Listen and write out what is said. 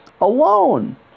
alone